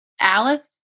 Alice